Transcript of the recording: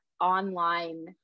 online